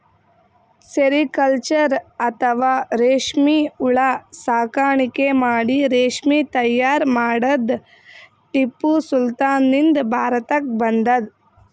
sericulture ಅಥವಾ ರೇಶ್ಮಿ ಹುಳ ಸಾಕಾಣಿಕೆ ಮಾಡಿ ರೇಶ್ಮಿ ತೈಯಾರ್ ಮಾಡದ್ದ್ ಟಿಪ್ಪು ಸುಲ್ತಾನ್ ನಿಂದ್ ಭಾರತಕ್ಕ್ ಬಂದದ್